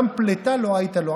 גם פלטה לא הייתה לו.